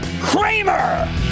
Kramer